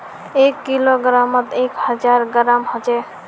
एक किलोग्रमोत एक हजार ग्राम होचे